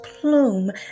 plume